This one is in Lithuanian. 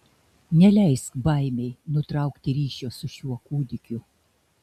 neleisk baimei nutraukti ryšio su šiuo kūdikiu